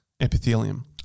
epithelium